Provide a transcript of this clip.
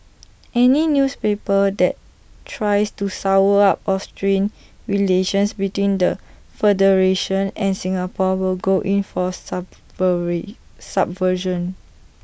any newspaper that tries to sour up or strain relations between the federation and Singapore will go in for subway subversion